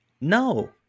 no